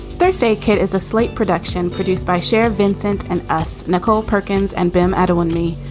thursday, kit is a slate production produced by cher vincent. and as nicole perkins and boom add on me,